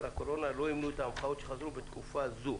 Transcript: הקורונה לא ימנו את ההמחאות שחזרו בתקופת זו.